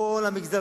בכל המגזר,